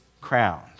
crowned